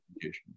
education